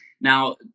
Now